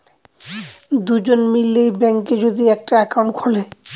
দুজন মিলে ব্যাঙ্কে যদি একটা একাউন্ট খুলে